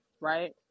right